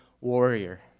warrior